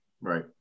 Right